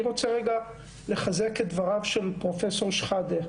אני רוצה לחזק את דבריו של פרופ' שחאדה.